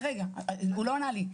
הוא לא ענה לי.